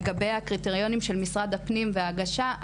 לגבי הקריטריונים של משרד הפנים וההגשה,